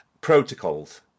protocols